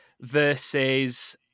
versus